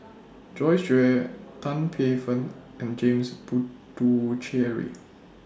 Joyce Jue Tan Paey Fern and James Puthucheary